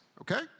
okay